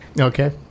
Okay